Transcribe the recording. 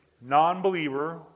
non-believer